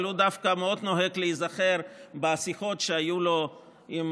אבל הוא דווקא מאוד נוהג להיזכר בשיחות שהיו לו עם